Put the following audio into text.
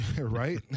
right